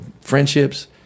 friendships